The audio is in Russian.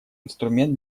инструмент